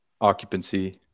occupancy